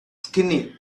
skinny